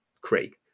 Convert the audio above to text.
Craig